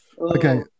Okay